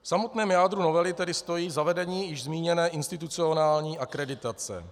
V samotném jádru novely tedy stojí zavedení již zmíněné institucionální akreditace.